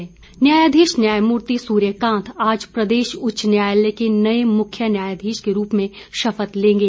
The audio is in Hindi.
मुख्य न्यायाघीश न्यायाधीश न्यायमूर्ति सूर्यकांत आज प्रदेश उच्च न्यायालय के नए मुख्य न्यायाधीश के रूप में शपथ लेंगे